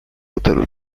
hotelu